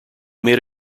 made